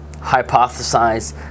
hypothesize